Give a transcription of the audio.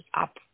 up